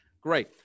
Great